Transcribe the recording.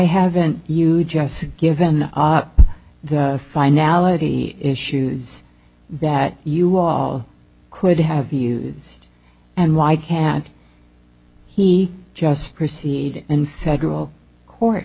haven't you just given the finality issues that you all could have use and why can't he just proceed in federal court